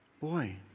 boy